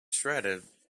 shredded